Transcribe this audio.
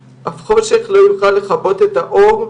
אף חושך לא יוכל לכבות את האור,